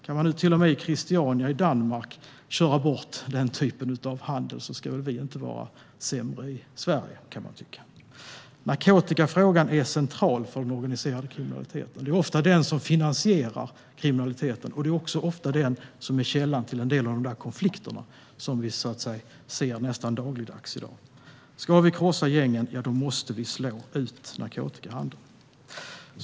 När man nu till och med i Christiania i Danmark kan köra bort den typen av handel ska väl inte vi vara sämre i Sverige, kan man tycka. Narkotikafrågan är central för den organiserade kriminaliteten. Det är ofta den som finansierar kriminaliteten, och det är också ofta den som är källan till en del av de konflikter som vi ser nästan dagligdags i dag. Om vi ska krossa gängen måste vi slå ut narkotikahandeln.